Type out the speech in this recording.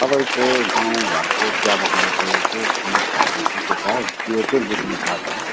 तपाईँको म घरको चिया बगानको चाहिँ समस्याहरू के के छ त्यो चाहिँ बुझ्न चाहेको हो